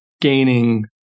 gaining